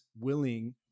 willing